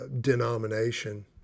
denomination